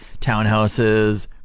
townhouses